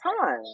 time